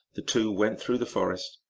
the two went through the forest,